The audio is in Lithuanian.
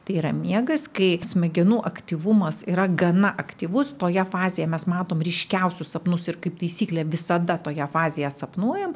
tai yra miegas kai smegenų aktyvumas yra gana aktyvus toje fazėje mes matom ryškiausius sapnus ir kaip taisyklė visada toje fazėje sapnuojam